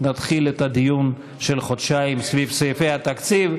נתחיל את הדיון של חודשיים סביב סעיפי התקציב.